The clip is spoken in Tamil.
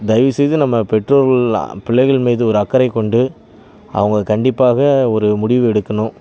தயவுசெய்து நம்ம பெற்றோர்கள் பிள்ளைகள் மீது ஒரு அக்கறை கொண்டு அவங்க கண்டிப்பாக ஒரு முடிவு எடுக்கணும்